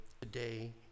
today